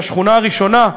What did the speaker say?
והשכונה הראשונה,